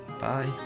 bye